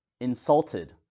insulted